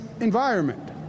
environment